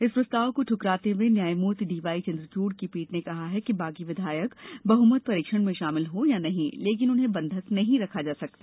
इस प्रस्ताव को ठुकराते हुए न्यायमूर्ति डीवाई चंद्रचूड़ की पीठ ने कहा कि बागी विधायक बहुमत परीक्षण में शामिल हों या नहीं लेकिन उन्हें बंधक नहीं रखा जा सकता